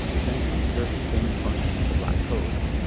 essentially served the same function as the black codes,